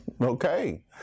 okay